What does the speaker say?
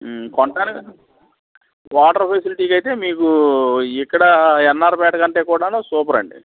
కొంటానిక water ఫెసిలిటీకైతే మీకు ఇక్కడ ఎన్ఆర్ పేట కంటే సూపర్ అండి